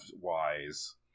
Wise